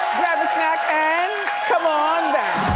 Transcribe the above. grab a snack and come on back!